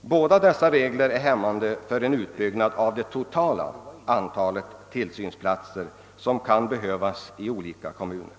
Båda dessa regler verkar hämmande på en utbyggnad av det totala antal tillsynsplatser som kan behövas i olika kommuner.